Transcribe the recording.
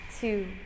two